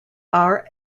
are